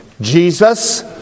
Jesus